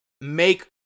make